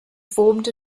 formed